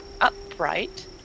Upright